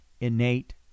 innate